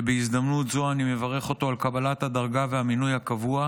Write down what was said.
שבהזדמנות זו אני מברך אותו על קבלת הדרגה והמינוי הקבוע,